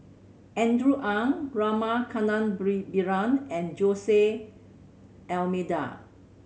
Andrew Ang Rama Kannabiran and Jose D'Almeida